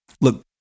Look